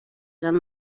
eran